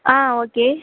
ஆ okay